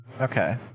Okay